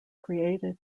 created